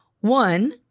One